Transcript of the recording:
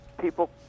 people